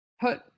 put